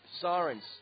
sirens